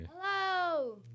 Hello